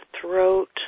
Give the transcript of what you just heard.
throat